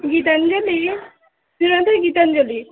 Gitanjali Gitanjali